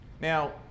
Now